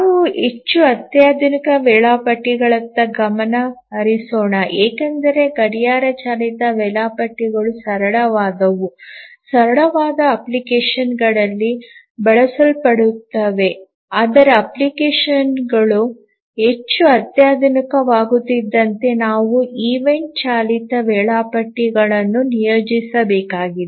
ನಾವು ಹೆಚ್ಚು ಅತ್ಯಾಧುನಿಕ ವೇಳಾಪಟ್ಟಿಗಳತ್ತ ಗಮನ ಹರಿಸೋಣ ಏಕೆಂದರೆ ಗಡಿಯಾರ ಚಾಲಿತ ವೇಳಾಪಟ್ಟಿಗಳು ಸರಳವಾದವು ಸರಳವಾದ ಅಪ್ಲಿಕೇಶನ್ಗಳಲ್ಲಿ ಬಳಸಲ್ಪಡುತ್ತವೆ ಆದರೆ ಅಪ್ಲಿಕೇಶನ್ಗಳು ಹೆಚ್ಚು ಅತ್ಯಾಧುನಿಕವಾಗುತ್ತಿದ್ದಂತೆ ನಾವು ಈವೆಂಟ್ ಚಾಲಿತ ವೇಳಾಪಟ್ಟಿ ಗಳನ್ನು ನಿಯೋಜಿಸಬೇಕಾಗಿದೆ